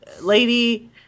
lady